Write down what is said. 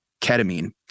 ketamine